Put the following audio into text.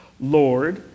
Lord